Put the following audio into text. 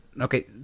Okay